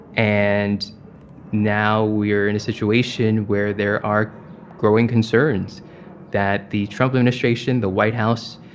and now we're in a situation where there are growing concerns that the trump administration, the white house,